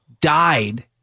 Died